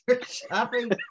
shopping